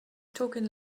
talking